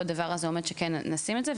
הדבר הזה עומד כדי שכן נשים את זה,